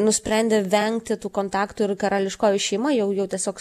nusprendė vengti tų kontaktų ir karališkoji šeima jau jų tiesiog